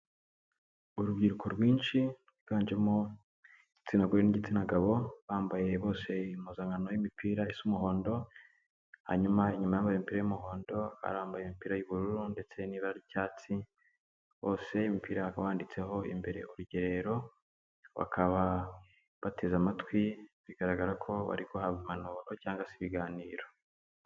Urubyiruko rwinshi, rwiganjemo igitsina gore n'igitsina gabo, bambaye bose impozankano y'imipira isa umuhondo, hanyuma inyuma y'abambaye iy'umuhondo, hari abambaye imipira y'ubururu ndetse n'ibara ry'icyatsi, bose imipira wanditseho imbere urugerero, bakaba bateze amatwi, bigaragara ko bari guhabwa impanuro cyangwa se ibiganiro.